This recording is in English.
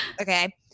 Okay